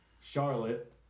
Charlotte